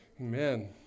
Amen